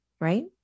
right